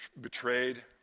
betrayed